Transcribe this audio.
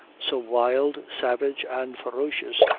so wild, savage and ferocious,